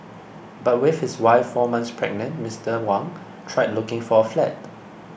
but with his wife four months pregnant Mister Wang tried looking for a flat